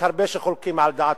יש הרבה שחולקים על דעתו,